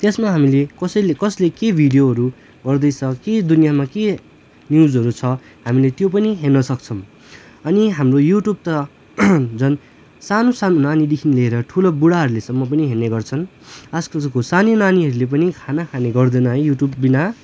त्यसमा हामीले कसैले कसले के भिडियोहरू गर्दैछ के दुनियाँमा के न्युजहरू छ हामीले त्यो पनि हेर्न सक्छौँ अनि हाम्रो युट्युब त झन् सानो साननो नानीदेखिन् लिएर ठुलो बुढाहरूलेसम्म पनि हेर्ने गर्छन् आजकलको सानी नानीहरूले पनि खाना खाने गर्दैन है युट्युब बिना